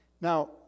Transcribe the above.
now